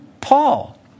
Paul